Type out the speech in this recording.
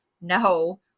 no